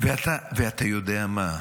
ואתה יודע מה,